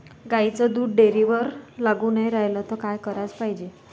गाईचं दूध डेअरीवर लागून नाई रायलं त का कराच पायजे?